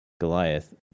Goliath